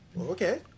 Okay